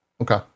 Okay